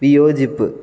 വിയോജിപ്പ്